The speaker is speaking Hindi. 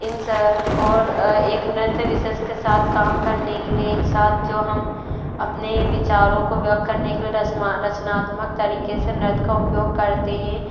इन से और एक नृत्य विशेष के साथ काम करने के लिए एक साथ जो हम अपने विचारों को व्यक्त करने रचनात्मक तरीक़े से नृत्य का उपयोग करते हैं